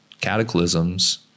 cataclysms